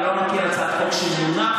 אני לא מכיר הצעת חוק שמונחת,